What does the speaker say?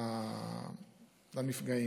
לנפגעים.